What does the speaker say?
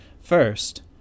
First